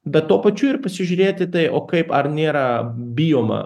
bet tuo pačiu ir pasižiūrėti tai o kaip ar nėra bijoma